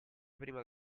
prima